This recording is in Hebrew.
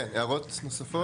כן, הערות נוספות?